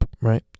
right